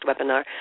webinar